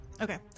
Okay